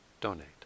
donate